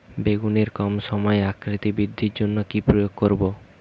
বেগুনের কম সময়ে আকৃতি বৃদ্ধির জন্য কি প্রয়োগ করব?